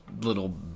little